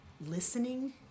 listening